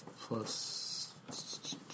plus